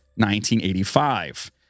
1985